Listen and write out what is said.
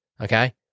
okay